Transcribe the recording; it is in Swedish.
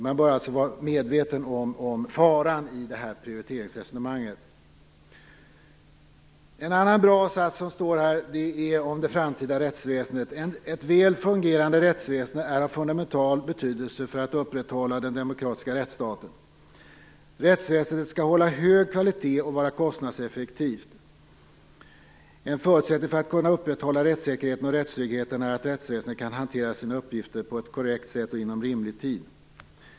Man bör alltså vara medveten om faran i det här prioriteringsresonemanget. Ett annat bra stycke är det här, under rubriken "Det framtida rättsväsendet": "Ett väl fungerande rättsväsende är av fundamental betydelse för att upprätthålla den demokratiska rättsstaten. Rättsväsendet skall hålla hög kvalitet och vara kostnadseffektivt. En förutsättning för att kunna upprätthålla rättssäkerheten och rättstryggheten är att rättsväsendet kan hantera sina uppgifter på ett korrekt sätt och inom rimlig tid.